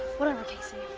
whatever, casey.